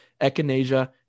echinacea